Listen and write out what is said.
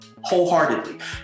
wholeheartedly